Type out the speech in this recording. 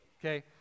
okay